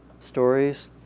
stories